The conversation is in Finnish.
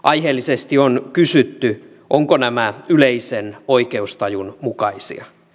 aiheellisesti on kysytty ovatko nämä yleisen oikeustajun mukaisia